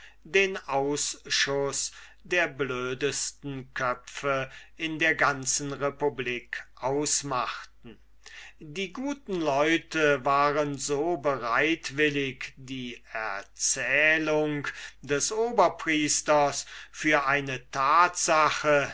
den ausschuß der blödesten köpfe in der ganzen republik ausmachten die guten leute waren so bereitwillig die erzählung des oberpriesters für eine tatsache